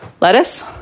Lettuce